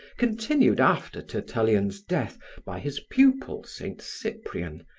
continued after tertullian's death by his pupil, saint cyprian,